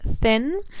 thin